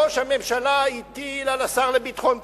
ראש הממשלה הטיל על השר לביטחון פנים.